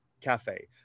cafe